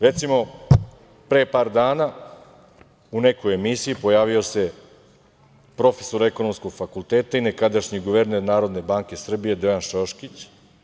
Recimo, pre par dana u nekoj emisiji pojavio se profesor ekonomskog fakulteta i nekadašnji guverner NBS Dejan Šoškić.